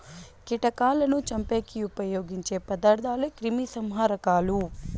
కీటకాలను చంపేకి ఉపయోగించే పదార్థాలే క్రిమిసంహారకాలు